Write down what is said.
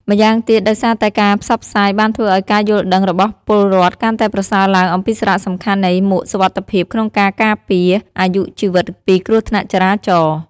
ម្យ៉ាងទៀត ដោយសារតែការផ្សព្វផ្សាយបានធ្វើឲ្យការយល់ដឹងរបស់ពលរ្ឋកាន់តែប្រសើរឡើងអំពីសារៈសំខាន់នៃមួកសុវត្ថិភាពក្នុងការការពារអាយុជីវិតពីគ្រោះថ្នាក់ចរាចរណ៍។